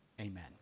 amen